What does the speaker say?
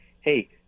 hey